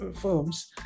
firms